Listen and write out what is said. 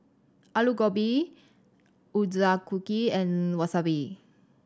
Alu Gobi Ochazuke and Wasabi